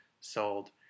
sold